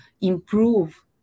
improve